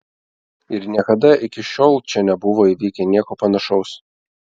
ir niekada iki šiol čia nebuvo įvykę nieko panašaus